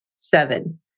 seven